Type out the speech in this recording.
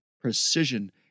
Precision